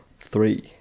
three